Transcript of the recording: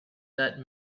that